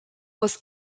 was